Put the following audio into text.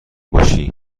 باشی